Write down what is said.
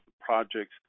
projects